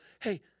hey